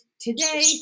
today